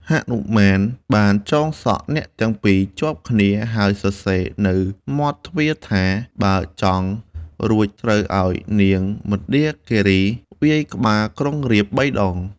ហនុមានបានចង់សក់អ្នកទាំងពីរ ជាប់គ្នាហើយសរសេរនៅមាត់ទ្វារថា បើចង់រួចត្រូវឱ្យនាងមណ្ឌាគីរីវាយក្បាលក្រុងរាពណ៍៣ ដង។